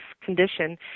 condition